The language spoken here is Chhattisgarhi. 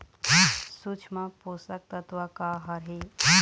सूक्ष्म पोषक तत्व का हर हे?